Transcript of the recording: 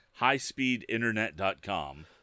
HighSpeedInternet.com